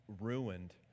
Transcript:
ruined